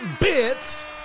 bits